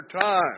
time